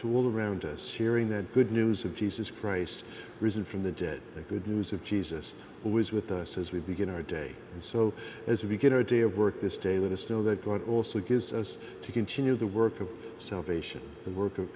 to all around us sharing that good news of jesus christ risen from the dead the good news of jesus who is with us as we begin our day so as we begin our day of work this day let us know that god also gives us to continue the work of salvation the work of